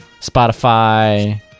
Spotify